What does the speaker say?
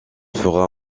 fera